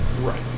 Right